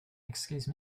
excuse